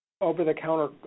over-the-counter